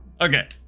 Okay